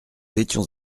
étions